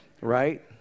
Right